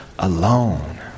Alone